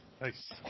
Nice